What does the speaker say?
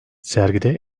sergide